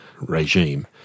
regime